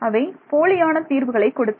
அவை போலியான தீர்வுகளை கொடுத்தன